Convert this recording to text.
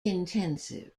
intensive